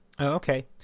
Okay